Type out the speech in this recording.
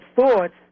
thoughts